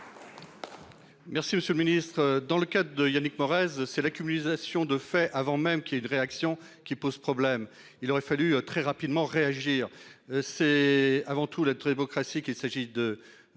Merci Monsieur le Ministre. Dans le cas de Yannick Morez c'est l'accumulation de faits avant même qu'il y ait une réaction qui pose problème. Il aurait fallu très rapidement réagir. C'est avant tout le très classique qu'il s'agit de